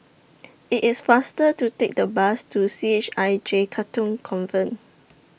IT IS faster to Take The Bus to C H I J Katong Convent